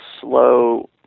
slow